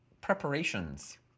preparations